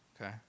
okay